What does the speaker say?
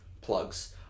plugs